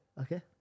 Okay